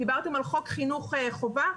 דיברתם על חוק חינוך חובה,